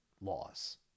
laws